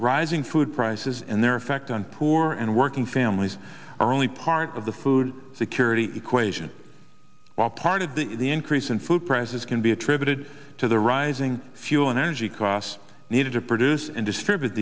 rising food prices and their affect on poor and working families are only part of the food security equation while part of the increase in food prices can be attributed to the rising fuel and energy costs needed to produce and distribute